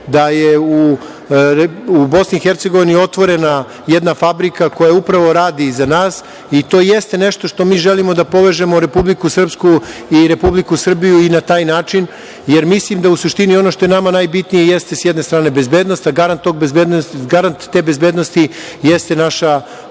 Hercegovini otvorena jedna fabrika koja upravo radi i za nas i to jeste nešto što mi želimo da povežemo Republiku Srpsku i Republiku Srbiju i na taj način, jer mislim da u suštini ono što je nama najbitnije jeste s jedne strane bezbednost, a garant te bezbednosti jeste naša